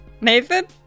nathan